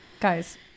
Guys